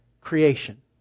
creation